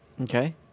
Okay